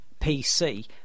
PC